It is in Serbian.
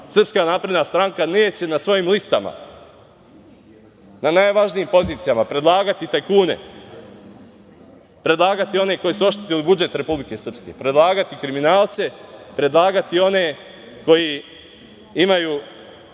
dali. Srpska napredna stranka neće na svojim listama na najvažnijim pozicijama predlagati tajkune, predlagati one koji su oštetili budžet Republike Srbije, predlagati kriminalce, predlagati one koji imaju